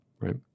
right